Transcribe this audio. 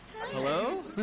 Hello